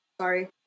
Sorry